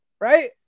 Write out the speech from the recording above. right